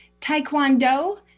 Taekwondo